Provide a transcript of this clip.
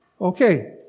Okay